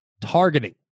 targeting